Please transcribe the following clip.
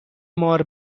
مار